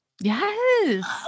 Yes